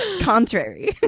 contrary